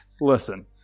Listen